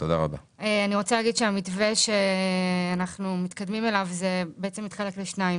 אני רוצה להגיד שהמתווה שאנחנו מתקדמים אליו בעצם מתחלק לשניים